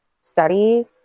study